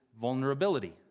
vulnerability